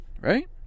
right